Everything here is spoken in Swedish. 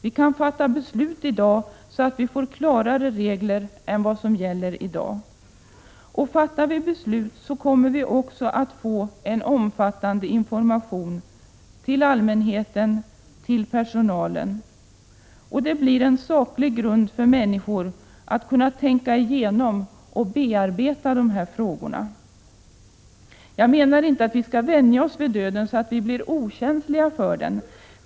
Vi kan fatta beslut i dag så att vi får klarare regler än vad som gäller för närvarande. Och fattar vi beslut kommer vi också att få omfattande information till allmänheten och till personalen. Det blir en saklig grund för människor att kunna tänka igenom och bearbeta dessa frågor. Jag menar inte att vi skall vänja oss vid döden så att vi blir okänsliga för den.